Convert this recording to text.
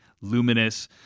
luminous